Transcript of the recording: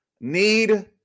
need